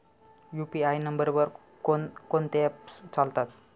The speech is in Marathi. यु.पी.आय नंबरवर कोण कोणते ऍप्स चालतात?